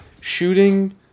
shooting